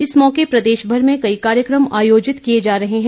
इस मौके प्रदेशभर में कई कार्यक्रम आयोजित किए जा रहे हैं